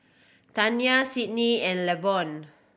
Tania Sidney and Lavonne